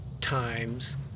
times